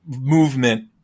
movement